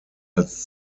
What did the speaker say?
als